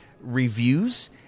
reviews